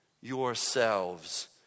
yourselves